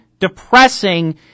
depressing